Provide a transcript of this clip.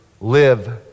live